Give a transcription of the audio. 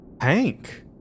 Hank